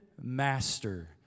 master